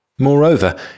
Moreover